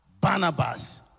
Barnabas